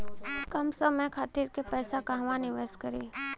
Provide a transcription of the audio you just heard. कम समय खातिर के पैसा कहवा निवेश करि?